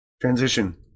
Transition